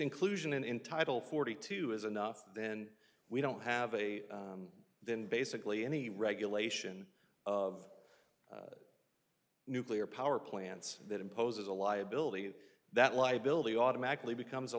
inclusion in title forty two is enough then we don't have a then basically any regulation of nuclear power plants that imposes a liability and that liability automatically becomes a